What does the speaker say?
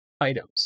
Items